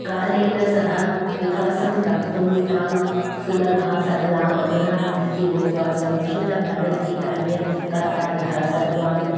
कालेन सः विकासं प्राप्तुं तां सुलभा सरला मधुरा इति उक्त्वा संस्कृतभारती कार्यकर्तारः सर्वान्